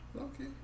Okay